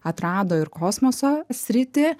atrado ir kosmoso sritį